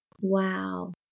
Wow